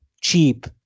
cheap